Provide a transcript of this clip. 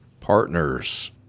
partners